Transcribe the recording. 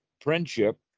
friendship